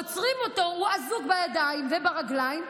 עוצרים אותו, הוא אזוק בידיים וברגליים,